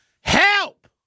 Help